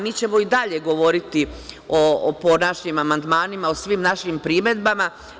Mi ćemo i dalje govoriti po našim amandmanima o svim našim primedbama.